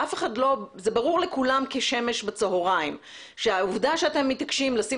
וזה ברור לכולם כשמש בצהריים שהעובדה שאתם מתעקשים לשים